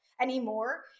anymore